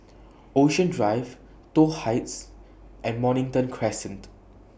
Ocean Drive Toh Heights and Mornington Crescent